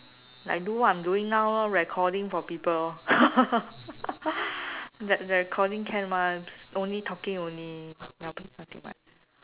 like do what I'm doing now lor recording for people lor recording can [one] just only talking only no~ nothing much